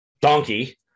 donkey